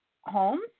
homes